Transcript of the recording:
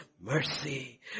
mercy